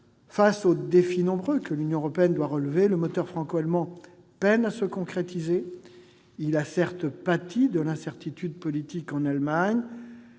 Face aux nombreux défis que l'Union européenne doit relever, le moteur franco-allemand peine à se concrétiser. Il a pâti de l'incertitude politique en Allemagne,